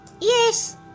Yes